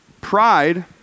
Pride